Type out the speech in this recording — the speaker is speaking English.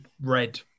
red